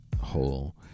whole